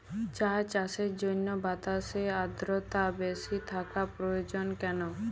চা চাষের জন্য বাতাসে আর্দ্রতা বেশি থাকা প্রয়োজন কেন?